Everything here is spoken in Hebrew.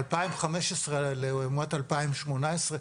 2015 לעומת 2018,